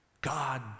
God